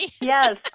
Yes